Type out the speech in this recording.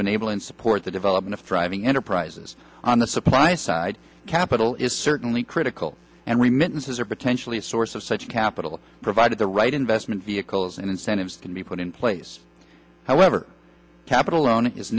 to enable and support the development of driving enterprises on the supply side capital is certainly critical and remittances are potentially a source of such capital provided the right investment vehicles and incentives can be put in place however capital loan is